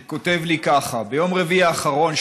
שכותב לי ככה: ביום רביעי האחרון,